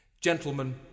Gentlemen